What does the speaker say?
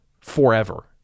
forever